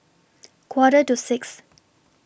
Quarter to six